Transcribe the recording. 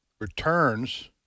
returns